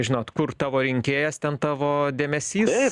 žinot kur tavo rinkėjas ten tavo dėmesys